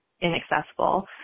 inaccessible